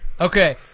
Okay